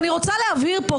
אני רוצה להבהיר פה,